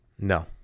no